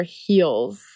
heels